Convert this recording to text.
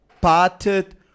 parted